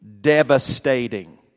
devastating